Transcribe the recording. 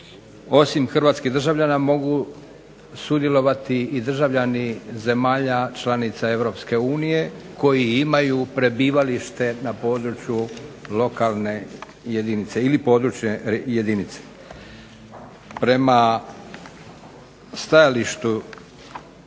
osim hrvatskih državljana mogu sudjelovati i državljani zemalja članica EU koji imaju prebivalište na području lokalne jedinice ili područne jedinice. Prema stajalištu